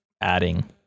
adding